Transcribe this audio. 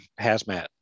hazmat